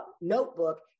notebook